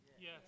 Yes